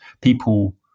people